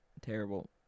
terrible